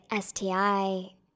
STI